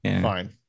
Fine